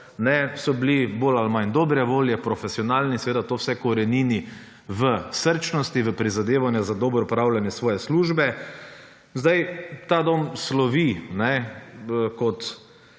so bili bolj ali manj dobre volje, profesionalni, seveda to vse korenini v srčnosti, v prizadevanju za dobro opravljanje svoje službe. Zdaj, ta dom slovi kot